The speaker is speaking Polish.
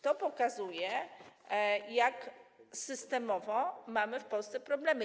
To pokazuje, jakie systemowo mamy w Polsce problemy.